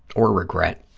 or regret,